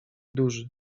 duży